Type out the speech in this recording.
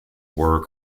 were